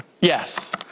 Yes